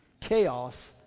chaos